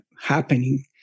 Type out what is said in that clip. happening